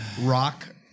rock